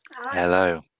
Hello